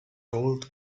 gold